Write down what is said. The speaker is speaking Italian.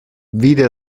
vide